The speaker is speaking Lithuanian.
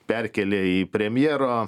perkėlė į premjero